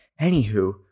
Anywho